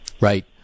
Right